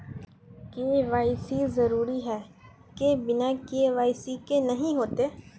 KYC जरुरी है बिना के.वाई.सी के नहीं होते?